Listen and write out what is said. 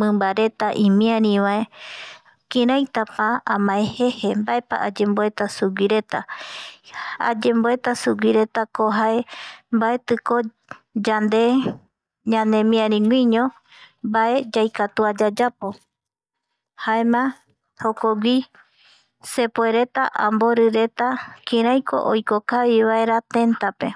mimbaretaimiari vae kiraitapa amae jeje mbaepa ayemboeta suguireta ayemboeta suguiretako jae mbaetiko yande ñanemiariguiño mbae yaikatua yayapo jaema jokogui sepuereta amborireta kiraiko oiko kavi vaera tentape